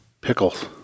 Pickles